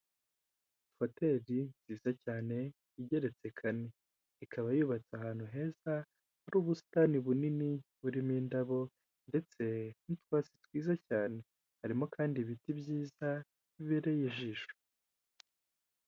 Hoteli nziza cyane, igeretse kane. Ikaba yubatse ahantu heza, hari ubusitani bunini burimo indabo, ndetse n'utwatsi twiza cyane. Harimo kandi ibiti byiza, bibereye ijisho.